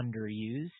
underused